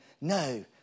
no